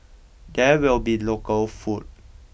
there will be local food